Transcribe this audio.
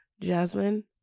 Jasmine